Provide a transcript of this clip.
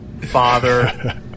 father